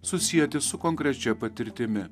susieti su konkrečia patirtimi